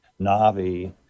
Navi